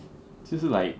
就是 like